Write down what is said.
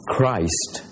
Christ